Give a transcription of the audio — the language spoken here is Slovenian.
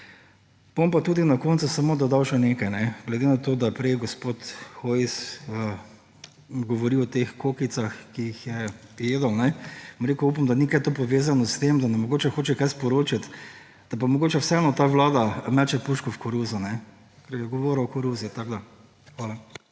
Bom pa tudi na koncu samo dodal še nekaj. Glede na to, da je prej gospod Hojs govoril o teh kokicah, ki jih je jedel, bom rekel, upam, da ni to kaj povezano s tem, da nam mogoče hoče kaj sporočiti, da pa mogoče vseeno ta vlada meče puško v koruzo, ker je govoril o koruzi. Hvala.